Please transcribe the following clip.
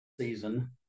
season